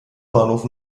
bahnhof